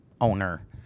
owner